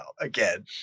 again